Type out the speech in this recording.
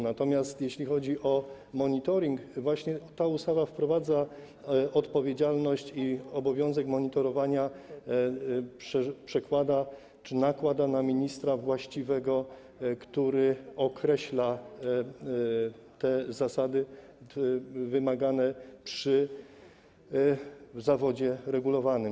Natomiast jeśli chodzi o monitoring, to właśnie ta ustawa wprowadza odpowiedzialność i obowiązek monitorowania, przekłada czy nakłada je na ministra właściwego, który określa te zasady wymagane przy zawodzie regulowanym.